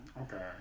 Okay